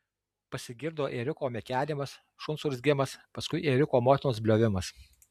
pasigirdo ėriuko mekenimas šuns urzgimas paskui ėriuko motinos bliovimas